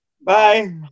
bye